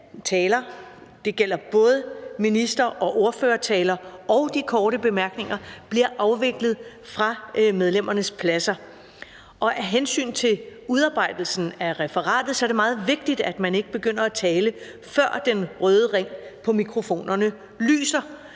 det gælder både minister- og ordførertaler og de korte bemærkninger – bliver afviklet fra medlemmernes pladser. Af hensyn til udarbejdelsen af referatet er det meget vigtigt, at man ikke begynder at tale, før den røde ring på mikrofonen lyser.